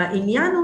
העניין הוא